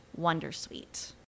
Wondersuite